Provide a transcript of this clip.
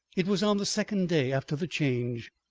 it was on the second day after the change,